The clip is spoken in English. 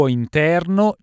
interno